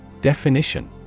Definition